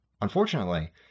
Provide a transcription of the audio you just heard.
Unfortunately